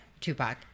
Tupac